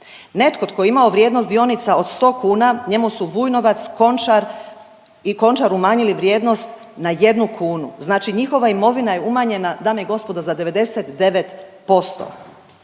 Netko tko je imao vrijednost dionica od 100 kuna njemu su Vujnovac, Končar i Končaru umanjili vrijednost na jednu kunu, znači njihova imovina je umanjena dame i gospodo za 99%.